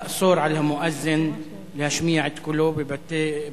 לאסור על המואזין להשמיע את קולו בבתי-תפילה,